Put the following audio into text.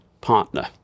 partner